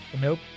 Nope